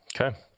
Okay